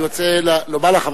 אני רוצה לומר לך,